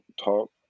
talk